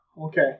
Okay